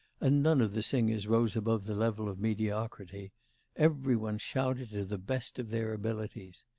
and none of the singers rose above the level of mediocrity every one shouted to the best of their abilities.